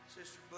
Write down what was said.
Sister